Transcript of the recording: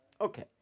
Okay